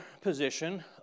position